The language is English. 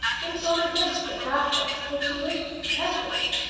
would have gone against the practice which he wished to perpetuate.